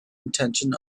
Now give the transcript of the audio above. intention